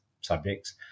subjects